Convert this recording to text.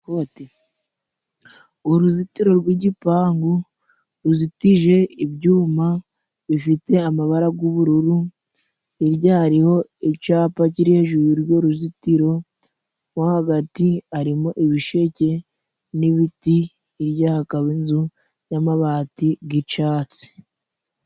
Uruzitiro rw'igipangu ruzitije ibyuma bifite amabara gubururu hirya hariho icyapa kiri hejuru yurwo ruzitiro mohagati harimo ibisheke n'ibiti hirya hakaba inzu y'amabati g'icatsi.